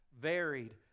varied